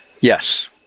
Yes